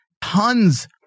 tons